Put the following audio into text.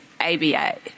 ABA